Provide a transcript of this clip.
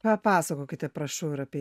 papasakokite prašau ir apie